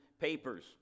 papers